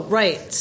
right